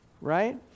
right